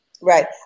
Right